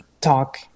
talk